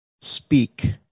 speak